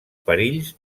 perills